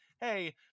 hey